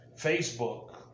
Facebook